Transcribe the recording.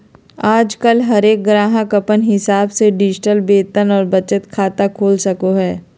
आजकल हरेक गाहक अपन हिसाब से डिजिटल वेतन और बचत खाता खोल सको हय